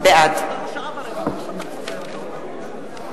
בעד